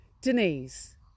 Denise